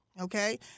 okay